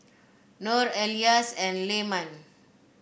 Nor Elyas and Leman